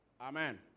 Amen